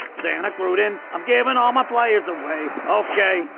santa gruden, i'm giving all my players away, ok?